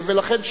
ולכן,